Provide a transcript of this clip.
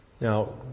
Now